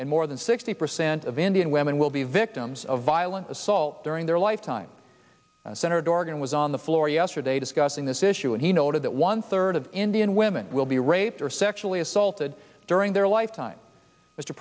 and more than sixty percent of indian women will be victims of violent assault during their lifetime senator dorgan was on the floor yesterday discussing this issue and he noted that one third of indian women will be raped or sexually assaulted during their lifetime mr